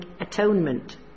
atonement